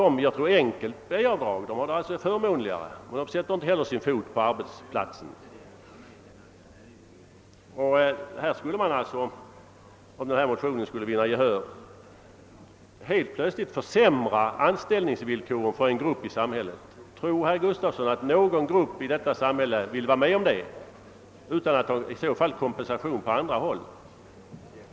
Reservofficerarna har det alltså förmånligare; de sätter inte heller sin fot på arbetsplatsen. Om denna motion skulle vinna gehör skulle det innebära att man helt plötsligt försämrar anställningsvillkoren för en grupp i samhället. Tror herr Gustavsson att någon grupp i detta samhälle skulle gå med på det utan kompensation?